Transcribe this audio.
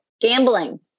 gambling